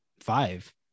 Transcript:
Five